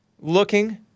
looking